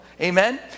amen